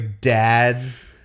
dads